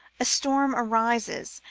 a storm arises,